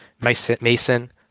Mason